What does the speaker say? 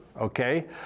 Okay